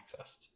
accessed